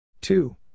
Two